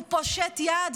הוא פושט יד,